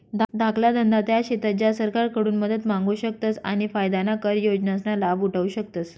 धाकला धंदा त्या शेतस ज्या सरकारकडून मदत मांगू शकतस आणि फायदाना कर योजनासना लाभ उठावु शकतस